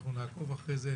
נעקוב אחרי זה.